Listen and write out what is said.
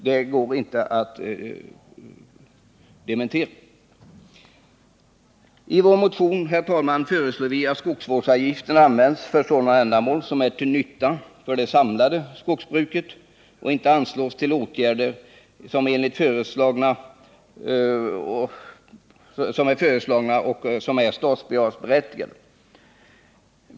Det går inte att dementera. I vår motion föreslår vi, herr talman, att skogsvårdsavgiften används för sådana ändamål som är till nytta för det samlade skogsbruket och inte anslås till åtgärder som föreslås vara statsbidragsberättigade.